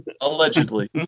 Allegedly